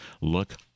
Look